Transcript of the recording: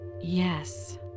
Yes